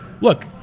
look